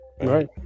right